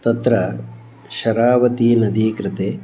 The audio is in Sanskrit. तत्र शरावती नद्याः कृते